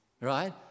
Right